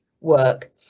work